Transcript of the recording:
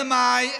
אתם הממשלה.